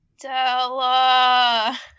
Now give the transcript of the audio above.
Della